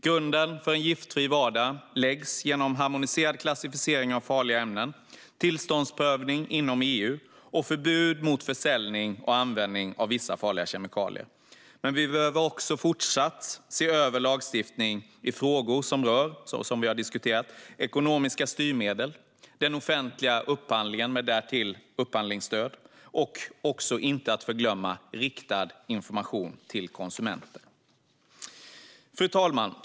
Grunden för en giftfri vardag läggs genom en harmoniserad klassificering av farliga ämnen, tillståndsprövning inom EU och förbud mot försäljning och användning av vissa farliga kemikalier. Men vi behöver också se över lagstiftning i frågor som rör det som vi har diskuterat: ekonomiska styrmedel, offentlig upphandling och upphandlingsstöd. Det handlar också om, inte att förglömma, riktad information till konsumenter. Fru talman!